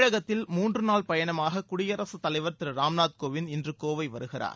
தமிழகத்தில் மூன்றுநாள் பயணமாக குடியரசு தலைவர் திரு ராம்நாத் கோவிந்த் இன்று கோவை வருகிறார்